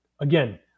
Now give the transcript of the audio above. again